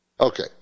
Okay